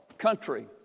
country